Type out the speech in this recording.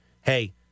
Hey